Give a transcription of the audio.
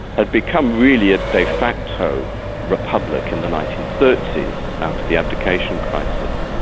had become really a de facto republic in the nineteen thirty s, after the abdication crisis.